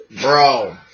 bro